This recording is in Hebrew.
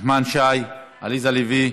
נחמן שי, עליזה לביא,